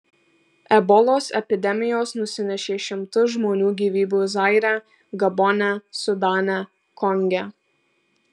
ebolos epidemijos nusinešė šimtus žmonių gyvybių zaire gabone sudane konge